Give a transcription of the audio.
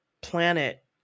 planet